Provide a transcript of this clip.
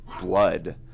blood